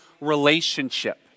relationship